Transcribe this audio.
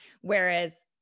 Whereas